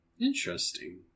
Interesting